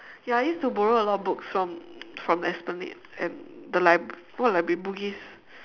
ya I used to borrow a lot of books from from esplanade and the lib~ what library bugis